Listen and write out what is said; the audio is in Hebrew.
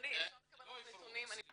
כשאתה דיברת לא הפריעו.